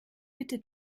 bitte